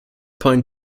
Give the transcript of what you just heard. point